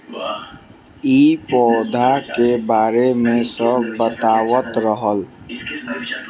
इ पौधा के बारे मे सब बतावत रहले